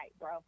bro